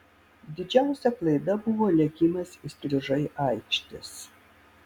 didžiausia klaida buvo lėkimas įstrižai aikštės